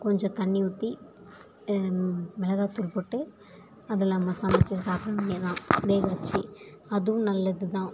கொஞ்சம் தண்ணி ஊற்றி மிளகாத்தூள் போட்டு அதெலாம் மசாலா வச்சு சாப்பிட வேண்டியதுதான் வேக வச்சு அதுவும் நல்லது தான்